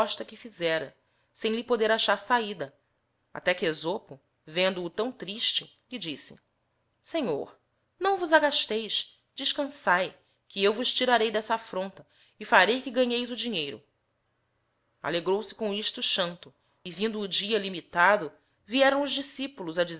aposta que fizera sem lhe poder acliar sabida até que esopo vendo-o tão triste lhe disse senhor não vos agasteis descançai que eu vos tirarei dessa aítronla e farei que ganheis o dinheiro alegrouse com isto xanto e vindo o dia limitado vierão os discipulos